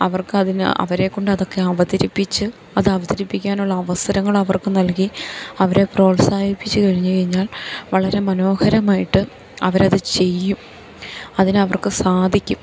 അവർക്കതിന് അവരെക്കൊണ്ട് അതൊക്കെ അവതരിപ്പിച്ച് അത് അവതരിപ്പിക്കാനുള്ള അവസരങ്ങൾ അവർക്ക് നൽകി അവരെ പ്രോത്സാഹിപ്പിച്ച് കഴിഞ്ഞ് കഴിഞ്ഞാൽ വളരെ മനോഹരമായിട്ട് അവരത് ചെയ്യും അതിനവർക്ക് സാധിക്കും